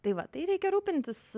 tai va tai reikia rūpintis